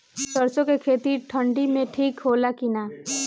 सरसो के खेती ठंडी में ठिक होला कि ना?